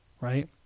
right